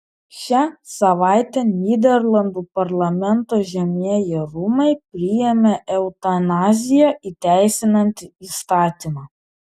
šią savaitę nyderlandų parlamento žemieji rūmai priėmė eutanaziją įteisinantį įstatymą